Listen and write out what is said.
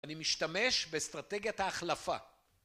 אני משתמש באסטרטגיית ההחלפה.